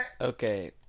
Okay